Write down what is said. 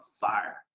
fire